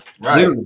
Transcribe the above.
right